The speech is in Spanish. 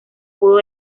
pudo